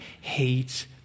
hates